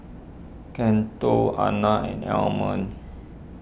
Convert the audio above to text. Cato Alannah and Almond